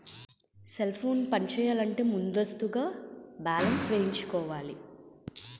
cell ఫోన్లు పనిచేయాలంటే ముందస్తుగా బ్యాలెన్స్ వేయించుకోవాలి